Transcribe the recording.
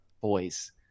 boys